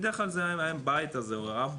בדרך כלל זה אם בית, או אב בית.